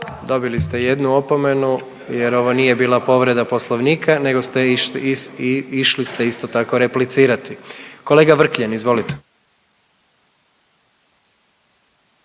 Dobili ste jednu opomenu jer ovo nije bila povreda Poslovnika nego ste išli ste, isto tako, replicirati. Kolega Vrkljan, izvolite.